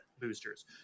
boosters